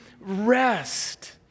rest